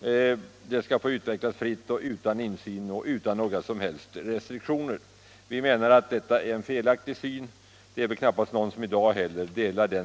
Den skall, hävdar man, få utvecklas fritt, utan insyn och utan några som helst restriktioner. Vi menar att detta är ett felaktigt synsätt. Det är väl knappast heller någon som i dag accepterar det.